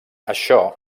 això